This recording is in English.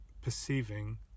perceiving